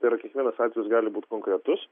tai yra kiekvienas atvejis gali būt konkretus